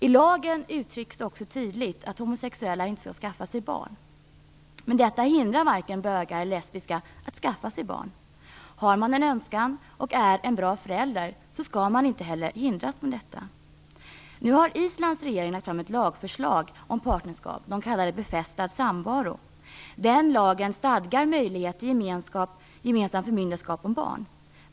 I lagen uttrycks det också tydligt att homosexuella inte skall skaffa sig barn, men detta hindrar varken bögar eller lesbiska att skaffa sig barn. Har man en önskan och är en bra förälder skall man inte hindras från detta. Islands regering har lagt fram ett lagförslag om partnerskap. De talar om befästad samvaro. Den lagen stadgar möjlighet till gemensamt förmyndarskap om barn.